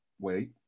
Wait